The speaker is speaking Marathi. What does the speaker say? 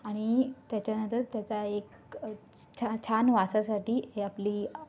आणि त्याच्यानंतर त्याचा एक छा छान वासासाठी हे आपली